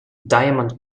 diamond